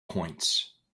points